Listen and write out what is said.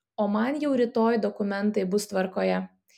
o man jau rytoj dokumentai bus tvarkoje